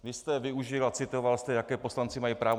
Vy jste využil a citoval jste, jaké poslanci mají právo.